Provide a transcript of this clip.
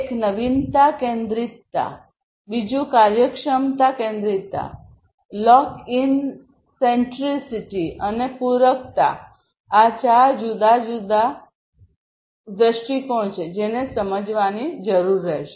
એક નવીનતા કેન્દ્રિતતા બીજું કાર્યક્ષમતા કેન્દ્રિતતા લોક ઇન સેન્ટ્રીસિટી અને પૂરકતાઆ ચાર જુદા જુદા દ્રષ્ટિકોણ છે જેને સમજવાની જરૂર રહેશે